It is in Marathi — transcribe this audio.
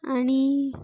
आणि